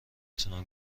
تونم